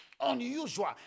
Unusual